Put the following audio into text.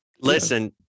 Listen